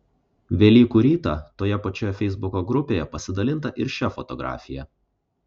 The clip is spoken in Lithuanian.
velykų rytą toje pačioje feisbuko grupėje pasidalinta ir šia fotografija